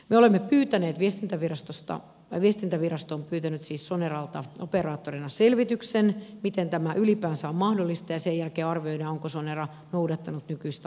me olemme pyytäneet viestintävirasto on siis pyytänyt soneralta operaattorina selvityksen miten tämä ylipäänsä on mahdollista ja sen jälkeen arvioidaan onko sonera noudattanut nykyistä lainsäädäntöä